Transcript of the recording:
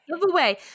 giveaway